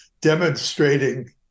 demonstrating